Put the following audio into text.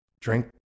drink